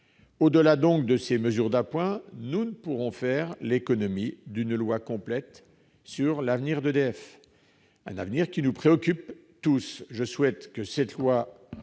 Au-delà de ces mesures d'appoint, nous ne pourrons faire l'économie d'une loi spécifique sur l'avenir d'EDF, qui nous préoccupe tous. Je souhaite que ce texte